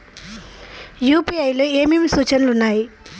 UPI లో ఏమేమి సూచనలు ఉన్నాయి?